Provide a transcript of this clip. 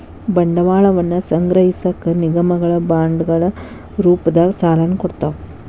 ಬಂಡವಾಳವನ್ನ ಸಂಗ್ರಹಿಸಕ ನಿಗಮಗಳ ಬಾಂಡ್ಗಳ ರೂಪದಾಗ ಸಾಲನ ಕೊಡ್ತಾವ